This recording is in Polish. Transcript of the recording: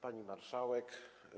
Pani Marszałek!